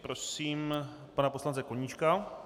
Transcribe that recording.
Prosím pana poslance Koníčka.